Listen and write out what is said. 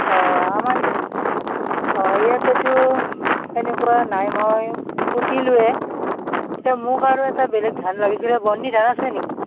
অ' আমাৰ অ' ইয়াতেটো এনেকুৱা নাই মই কুটিলোঁয়ে এতিয়া মোক আৰু এটা বেলেগ ধান লাগিছিলে বৰ্নী ধান আছে নেকি